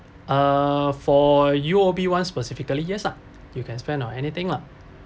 uh for U_O_B one specifically yes ah you can spend on anything lah